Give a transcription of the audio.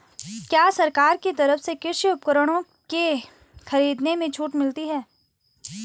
क्या सरकार की तरफ से कृषि उपकरणों के खरीदने में छूट मिलती है?